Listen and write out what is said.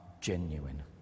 genuine